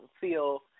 feel